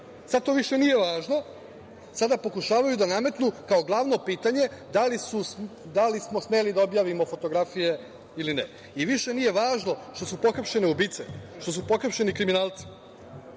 Sada to više nije važno, sada pokušavaju da nametnu kao glavno pitanje – da li smo smeli da objavimo fotografije ili ne? Više nije važno šta su pohapšene ubice, što su pohapšeni kriminalci,